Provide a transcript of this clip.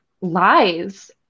lies